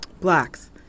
blacks